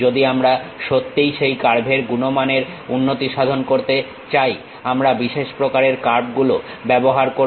যদি আমরা সত্যিই সেই কার্ভের গুণমামনের উন্নতি সাধন করতে চাই আমরা বিশেষ প্রকারের কার্ভগুলো ব্যবহার করবো